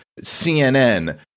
CNN